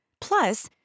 Plus